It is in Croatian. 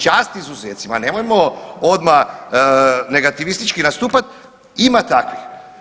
Čast izuzecima, nemojmo odma negativistički nastupat, ima takvih.